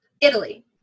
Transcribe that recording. Italy